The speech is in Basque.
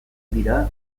dira